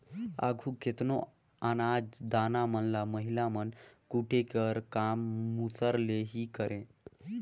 आघु केतनो अनाज दाना मन ल महिला मन कूटे कर काम मूसर ले ही करें